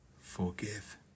forgive